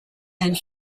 and